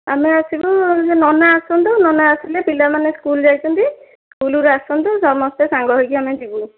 ଆମେ ଆସିବୁ ସେ ନନା ଆସନ୍ତୁ ନନା ଆସିଲେ ପିଲା ମାନେ ସ୍କୁଲ ଯାଇଛନ୍ତି ସ୍କୁଲ ରୁ ଆସନ୍ତୁ ସମସ୍ତେ ସାଙ୍ଗ ହୋଇକି ଆମେ ଯିବୁ